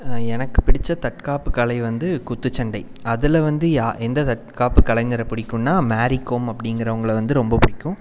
எனக்கு பிடித்த தற்காப்பு கலை வந்து குத்துச்சண்டை அதில் வந்து யா எந்த தற்காப்பு கலைஞரை பிடிக்குன்னா மேரிகோம் அப்டிங்கிறவங்கள வந்து ரொம்ப பிடிக்கும்